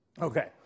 okay